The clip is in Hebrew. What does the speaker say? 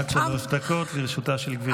עד שלוש דקות לרשותה של גברתי.